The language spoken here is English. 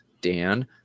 Dan